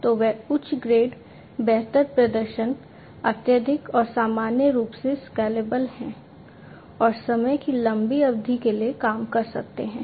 तो वे उच्च ग्रेड बेहतर प्रदर्शन अत्यधिक और सामान्य रूप से स्केलेबल हैं और समय की लंबी अवधि के लिए काम कर सकते हैं